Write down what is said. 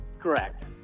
Correct